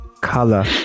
color